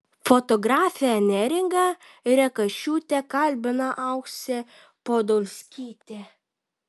fotografę neringą rekašiūtę kalbina auksė podolskytė